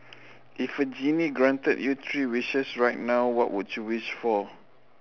if a genie granted you three wishes right now what would you wish for